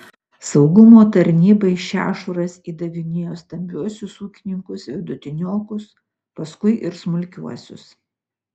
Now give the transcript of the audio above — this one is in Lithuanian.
saugumo tarnybai šešuras įdavinėjo stambiuosius ūkininkus vidutiniokus paskui ir smulkiuosius